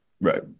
Right